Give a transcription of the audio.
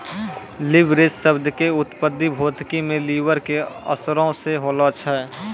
leverage शब्द के उत्पत्ति भौतिकी मे लिवर के असरो से होलो छै